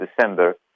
December